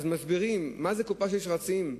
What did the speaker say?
אז מסבירים מה זה קופה של שרצים,